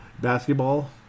Basketball